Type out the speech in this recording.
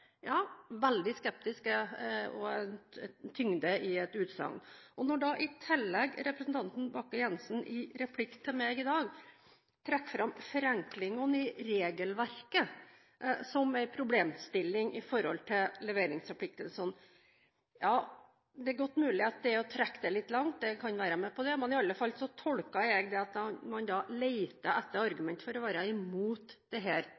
et utsagn med tyngde. Når i tillegg representanten Bakke-Jensen i replikk til meg i dag trekker fram forenklingene i regelverket som en problemstilling med hensyn til leveringsforpliktelsene, er det godt mulig at det er å trekke det litt langt. Jeg kan være med på det, men jeg tolker det iallfall til at man da leter etter argumenter for å være imot disse innstrammingene. Det